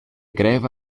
greva